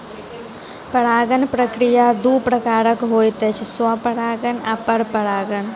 परागण प्रक्रिया दू प्रकारक होइत अछि, स्वपरागण आ परपरागण